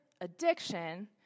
addiction